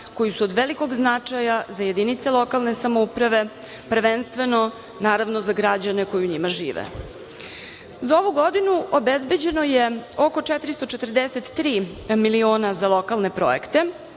koji su od velikog značaja za jedinice lokalne samouprave, prvenstveno, naravno, za građane koji u njima žive.Za ovu godinu obezbeđeno je oko 443 miliona za lokalne projekte